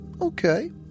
Okay